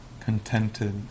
contented